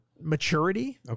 maturity